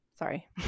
sorry